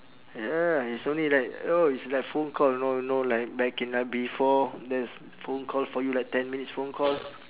ya it's only like oh it's like phone call you know know like back in like B four there's phone call for you like ten minutes phone call